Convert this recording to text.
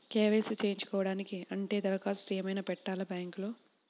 KYC చేయించుకోవాలి అంటే దరఖాస్తు ఏమయినా పెట్టాలా బ్యాంకులో?